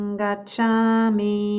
gachami